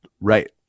Right